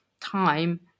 time